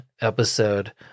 episode